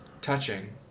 touching